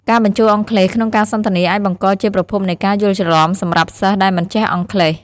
ការបញ្ចូលអង់គ្លេសក្នុងការសន្ទនាអាចបង្កជាប្រភពនៃការយល់ច្រឡំសម្រាប់សិស្សដែលមិនចេះអង់គ្លេស។